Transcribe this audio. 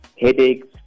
headaches